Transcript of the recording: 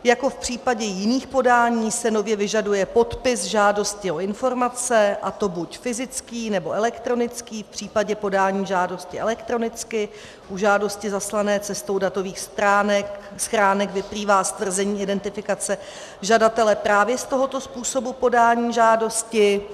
Jako v případě jiných podání se nově vyžaduje podpis žádosti o informace, a to buď fyzický, nebo elektronický v případě podání žádosti elektronicky, u žádostí zaslaných cestou datových schránek vyplývá stvrzení identifikace žadatele právě z tohoto způsobu podání žádosti.